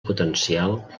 potencial